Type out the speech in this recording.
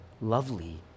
lovely